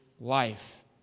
life